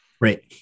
Right